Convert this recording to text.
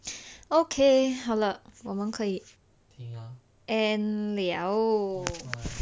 okay 好了我们可以 end liao